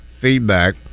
feedback